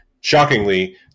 shockingly